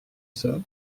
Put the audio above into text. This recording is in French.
sœur